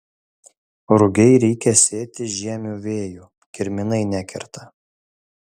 rugiai reikia sėti žiemiu vėju kirminai nekerta